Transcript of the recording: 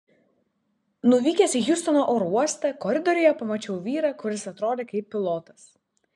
nuvykęs į hjustono oro uostą koridoriuje pamačiau vyrą kuris atrodė kaip pilotas